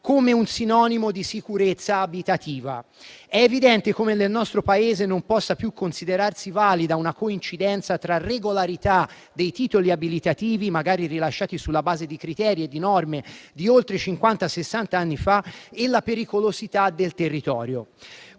come un sinonimo di sicurezza abitativa. È evidente come nel nostro Paese non possa più considerarsi valida una coincidenza tra regolarità dei titoli abilitativi, magari rilasciati sulla base di criteri e di norme di oltre cinquanta o sessanta anni fa, e la non pericolosità del territorio.